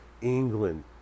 England